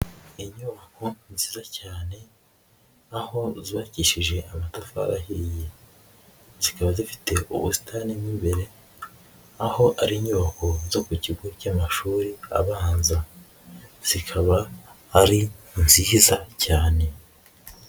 Inyubako nziza cyane aho zubakishije amatafari ahiye, zikaba zifite ubusitani mo imbere, aho ari inyubako zo ku kigo cy'amashuri abanza zikaba ari nziza cyane.